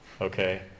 Okay